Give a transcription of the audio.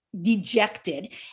dejected